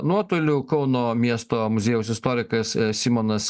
nuotoliu kauno miesto muziejaus istorikas simonas